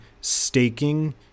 staking